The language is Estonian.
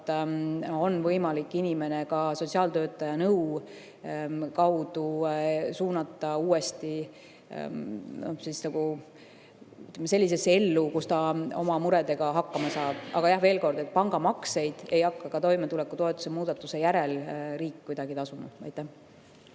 võimalik inimene ehk ka sotsiaaltöötaja nõu kohaselt suunata uuesti sellisesse ellu, kus ta oma muredega hakkama saab. Aga jah, veel kord: pangamakseid ei hakka ka toimetulekutoetuse reeglistiku muudatuse järel riik kuidagi tasuma. Ja